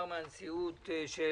אלינו מן הנשיאות נושא לדיון מהיר,